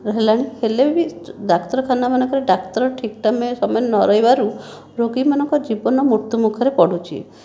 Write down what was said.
ରହିଲାଣି ହେଲେ ବି ଡାକ୍ତରଖାନାମାନଙ୍କରେ ଡାକ୍ତର ଠିକ୍ ଟାଇମ୍ ସମୟରେ ନରହିବାରୁ ରୋଗୀମାନଙ୍କ ଜୀବନ ମୃତ୍ୟୁ ମୁଖରେ ପଡ଼ୁଛି